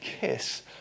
kiss